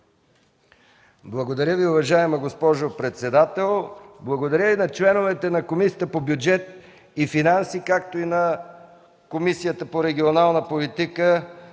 Благодаря, уважаема госпожо председател. Благодаря и на членовете на Комисията по бюджет и финанси, както и на Комисията по регионална политика